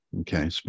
Okay